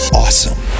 awesome